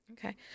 Okay